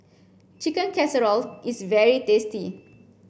Chicken Casserole is very tasty